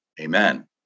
Amen